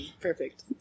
Perfect